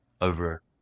over